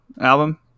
album